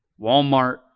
Walmart